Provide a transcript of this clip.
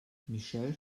michelle